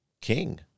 king